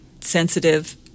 sensitive